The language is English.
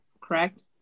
correct